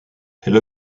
elle